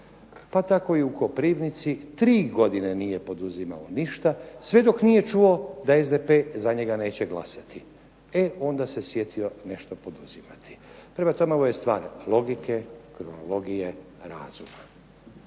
pa tako i u Koprivnici tri godine nije poduzimao ništa sve dok nije čuo da SDP za njega neće glasati. E, onda se sjetio nešto poduzimati. Prema tome, ovo je stvar logike, kronologije, razuma.